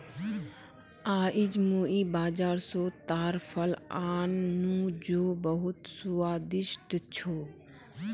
आईज मुई बाजार स ताड़ फल आन नु जो बहुत स्वादिष्ट छ